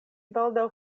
baldaŭ